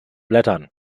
blättern